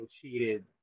cheated